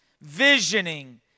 Visioning